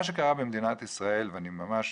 מה שקרה במדינת ישראל אני ממש